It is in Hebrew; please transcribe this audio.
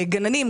גננים,